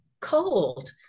cold